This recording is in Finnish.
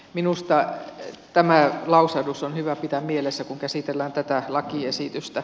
minusta tämä lausahdus on hyvä pitää mielessä kun käsitellään tätä lakiesitystä